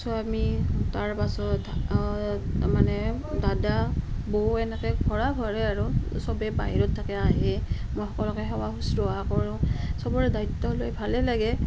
স্বামী তাৰ পাছত মানে দাদা বৌ এনেকে ধৰা ঘৰে আৰু সবে বাহিৰত থাকে আহে মই সকলোকে সেৱা শুশ্ৰূষা কৰোঁ সবৰে দ্বায়িত্ব লৈ ভালেই লাগে